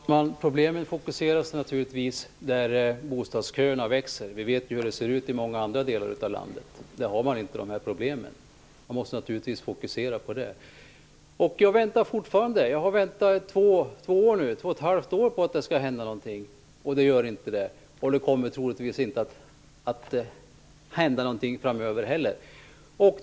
Fru talman! Problemen fokuseras naturligtvis till de områden där bostadsköerna växer. Vi vet ju hur situationen är i många andra delar av landet - där ha man inte de här problemen. Man måste naturligtvis ta hänsyn till detta. Jag väntar fortfarande på att något skall hända. Jag har väntat i två och ett halvt år nu, men inget händer. Det kommer troligtvis inte att hända något framöver heller.